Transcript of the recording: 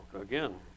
again